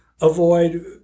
avoid